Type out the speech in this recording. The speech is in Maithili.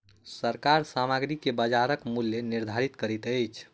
सरकार सामग्री के बजारक मूल्य निर्धारित करैत अछि